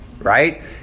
right